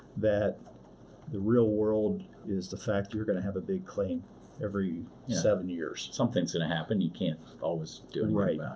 that the real world is the fact you're going to have a big claim every seven years. something's going to happen. you can't always do and anything yeah